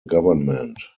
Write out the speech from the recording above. government